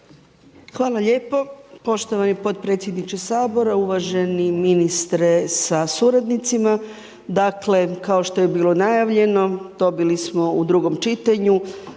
Hvala lijepo, poštovani potpredsjedniče Sabora, uvaženi ministre sa suradnicima. Dakle kao što je bilo najavljeno dobili smo u drugom čitanju